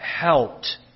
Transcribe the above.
helped